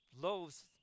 loaves